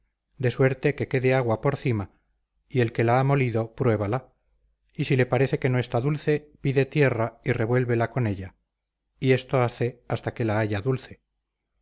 de suerte que quede agua por cima y el que la ha molido pruébala y si le parece que no está dulce pide tierra y revuélvela con ella y esto hace hasta que la halla dulce